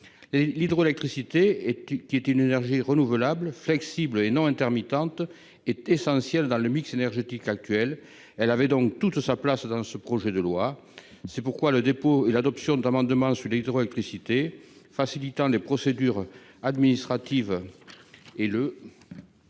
l'hydroélectricité et tu qui est une énergie renouvelable flexible et non intermittente est essentiel dans le mix énergétique actuelle, elle avait donc toute sa place dans ce projet de loi, c'est pourquoi le dépôt et l'adoption de l'amendement sur l'hydroélectricité facilitant les procédures administratives et le.